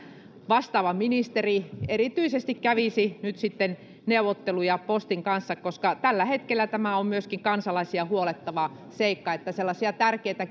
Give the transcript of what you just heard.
vastaava ministeri siitä erityisesti kävisi nyt neuvotteluja postin kanssa koska tällä hetkellä tämä on myöskin kansalaisia huolettava seikka tärkeitä